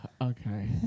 Okay